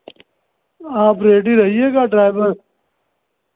आप रेडी रहिएगा ड्राइवर